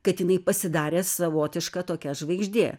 kad jinai pasidarė savotiška tokia žvaigždė